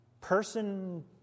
person